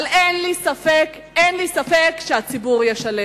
אבל אין לי ספק, אין לי ספק שהציבור ישלם.